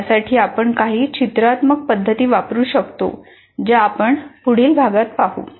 यासाठी आपण काही चित्रात्मक पद्धती वापरू शकतो ज्या आपण पुढील भागात पाहू